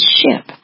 ship